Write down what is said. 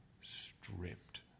stripped